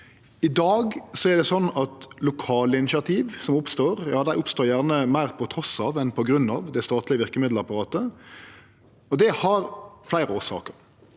I dag er det sånn at lokale initiativ som oppstår, oppstår gjerne meir trass i enn på grunn av det statlege verkemiddelapparatet. Det har fleire årsaker.